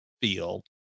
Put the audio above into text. feel